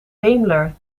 daimler